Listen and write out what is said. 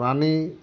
প্রানী